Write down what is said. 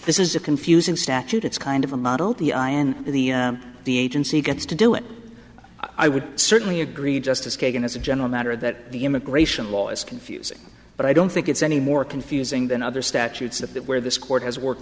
this is a confusing statute it's kind of a model the i and the the agency gets to do it i would certainly agree justice kagan as a general matter that the immigration law is confusing but i don't think it's any more confusing than other statutes that where this court has worked